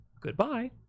Goodbye